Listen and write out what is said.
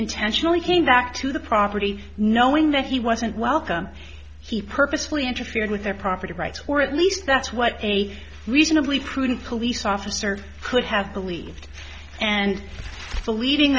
intentionally came back to the property knowing that he wasn't welcome he purposely interfered with their property rights where at least that's what a reasonably prudent police officer could have believed and